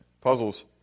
puzzles